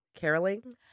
caroling